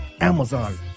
Amazon